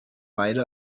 beide